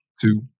two